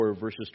verses